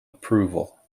approval